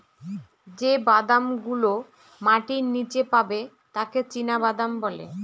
যে বাদাম গুলো মাটির নীচে পাবে তাকে চীনাবাদাম বলে